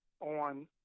on